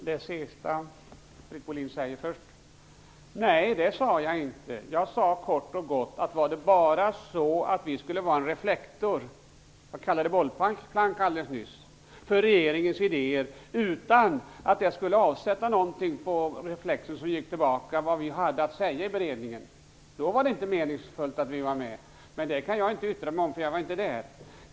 Herr talman! Nej, det sade jag inte. Jag sade kort och gott att var det bara så, att vi skulle vara en reflektor eller ett bollplank för regeringens idéer utan att det skulle avsätta någonting på reflexen som gick tillbaka om vad vi hade att säga i beredningen, då var det inte meningsfullt att vara med. Men det kan jag inte yttra mig om, för jag var inte där.